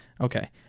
Okay